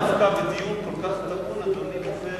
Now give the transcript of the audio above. מה זה צריך להיות?